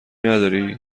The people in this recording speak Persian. نداری